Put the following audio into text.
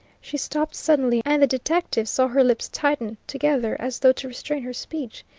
she stopped suddenly, and the detective saw her lips tighten together, as though to restrain her speech.